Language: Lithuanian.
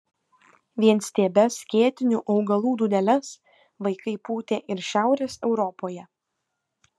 vienstiebes skėtinių augalų dūdeles vaikai pūtė ir šiaurės europoje